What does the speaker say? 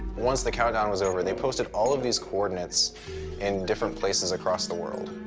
once the countdown was over, they posted all of these coordinates in different places across the world.